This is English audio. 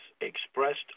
expressed